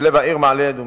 בלב העיר מעלה-אדומים.